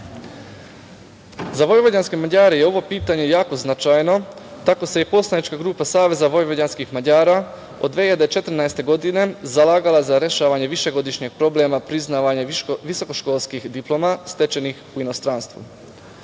vojvođanske Mađare je ovo pitanje jako značajno. Tako se i Poslanička grupa SVM od 2014. godine zalagala za rešavanje višegodišnjeg problema priznavanja visokoškolskih diploma stečenih u inostranstvu.